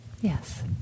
Yes